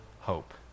hope